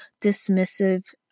dismissive